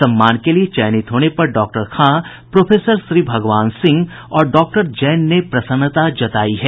सम्मान के लिये चयनित होने पर डॉक्टर खां प्रोफेसर श्रीभगवान सिंह और डॉक्टर जैन ने प्रसन्नता जतायी है